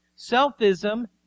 Selfism